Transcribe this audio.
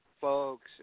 folks